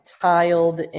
tiled